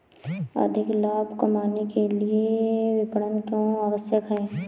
अधिक लाभ कमाने के लिए विपणन क्यो आवश्यक है?